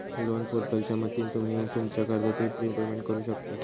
loan पोर्टलच्या मदतीन तुम्ही तुमच्या कर्जाचा प्रिपेमेंट करु शकतास